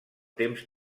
temps